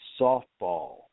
Softball